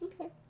Okay